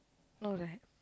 no right